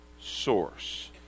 source